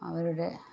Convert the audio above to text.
അവരുടെ